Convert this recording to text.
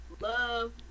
love